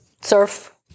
surf